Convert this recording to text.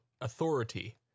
authority